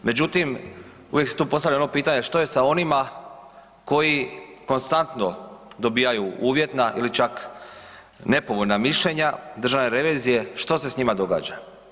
Međutim, uvijek se tu postavlja ono pitanje što je sa onima koji konstantno dobijaju uvjetna ili čak nepovoljna mišljenja državne revizije, što se s njima događa?